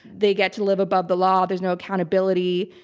they get to live above the law, there's no accountability.